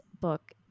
book